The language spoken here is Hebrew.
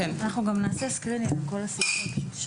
אנחנו גם נעשה סקרינינג על כל הסעיפים.